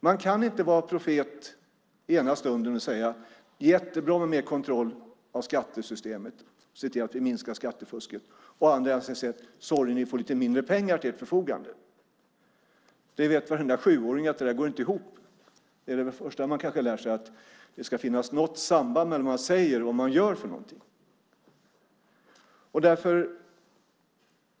Man kan inte vara profet ena stunden och säga att det är jättebra med mer kontroll av skattesystemet för att se till att vi minskar skattefusket och i nästa stund säga att man är ledsen för att Skatteverket får lite mindre pengar till sitt förfogande. Varenda sjuåring vet att detta inte går ihop. Det är kanske det första som man lär sig, att det ska finnas något samband mellan det som man säger och det som man gör.